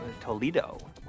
Toledo